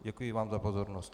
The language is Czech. Děkuji vám za pozornost.